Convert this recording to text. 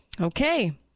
okay